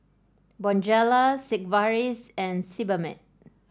Bonjela Sigvaris and Sebamed